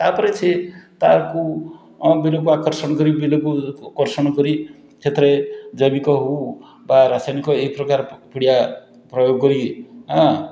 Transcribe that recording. ତା'ପରେ ସିଏ ତାକୁ ବିଲକୁ ଆକର୍ଷଣ କରି ବିଲକୁ କର୍ଷଣ କରି ସେଥିରେ ଜୈବିକ ହେଉ ବା ରାସାୟନିକ ଏଇପ୍ରକାର ପିଡ଼ିଆ ପ୍ରୟୋଗକରି ଆଁ